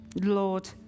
Lord